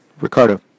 Ricardo